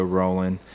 rolling